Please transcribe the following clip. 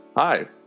Hi